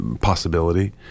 possibility